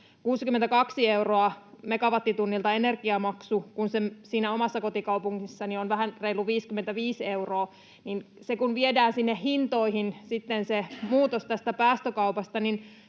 62 euroa megawattitunnilta energiamaksu, kun se siinä omassa kotikaupungissani on vähän reilut 55 euroa. Kun se viedään sinne hintoihin, se muutos tästä päästökaupasta,